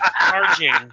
charging